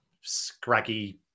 scraggy